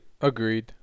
Agreed